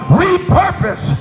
repurpose